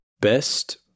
Best